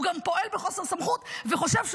הוא גם פועל בחוסר סמכות וחושב שהוא